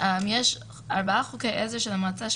יש ארבעה חוקי עזר של המועצה,